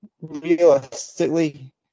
realistically